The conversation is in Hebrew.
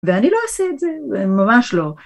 ואני לא אעשה את זה, ממש לא.